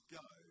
go